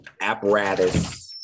apparatus